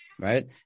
right